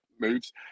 moves